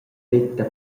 veta